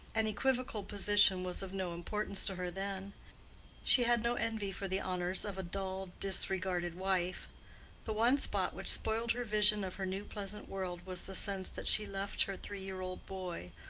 an equivocal position was of no importance to her then she had no envy for the honors of a dull, disregarded wife the one spot which spoiled her vision of her new pleasant world, was the sense that she left her three-year-old boy,